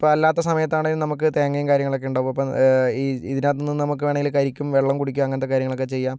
ഇപ്പം അല്ലാത്ത സമയത്താണേ നമുക്ക് തേങ്ങയും കാര്യങ്ങളൊക്കെയുണ്ടാകും അപ്പം ഇതിനകത്ത് നിന്ന് നമുക്കാണേല് കരിക്കും വെള്ളം കുടിക്കാം അങ്ങനത്തെ കാര്യങ്ങളൊക്കെ ചെയ്യാം